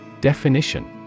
Definition